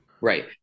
Right